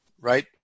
right